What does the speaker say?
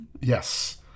Yes